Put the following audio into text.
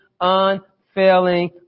unfailing